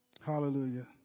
Hallelujah